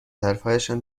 حرفهایشان